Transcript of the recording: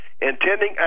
intending